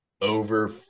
over